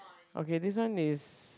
okay this one is